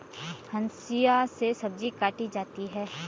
हंसिआ से सब्जी काटी जाती है